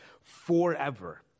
forever